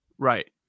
Right